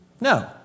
No